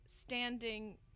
standing